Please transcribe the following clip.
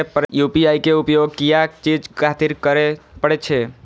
UPI के उपयोग किया चीज खातिर करें परे छे?